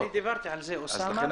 זה עדין